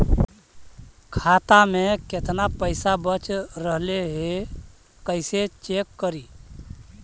खाता में केतना पैसा बच रहले हे कैसे चेक करी?